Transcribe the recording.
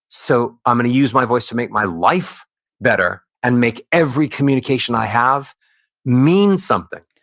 so i'm going to use my voice to make my life better and make every communication i have mean something.